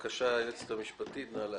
בבקשה, היועצת המשפטית בבקשה להקריא.